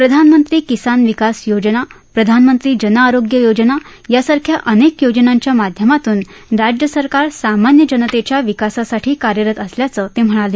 प्रधानमंत्री किसान विकास योजना प्रधानमंत्री जनआरोग्य योजना यासारख्या अनेक योजनांच्या माध्यमातून राज्य सरकार सामान्य जनतेच्या विकासासाठी कार्यरत असल्यचंही ते म्हणाले